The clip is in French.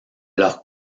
leurs